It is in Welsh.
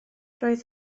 roedd